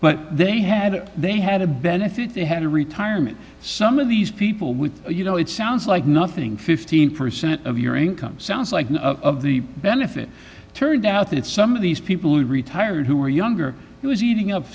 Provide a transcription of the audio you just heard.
but they had they had a benefit they had a retirement some of these people would you know it sounds like nothing fifteen percent of your income sounds like of the benefit turned out that some of these people who are retired who are younger who is eating